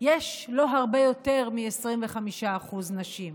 יש לא הרבה יותר מ-25% נשים.